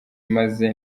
imaze